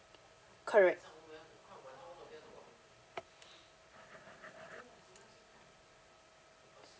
correct